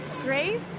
grace